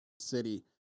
city